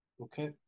Okay